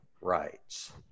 rights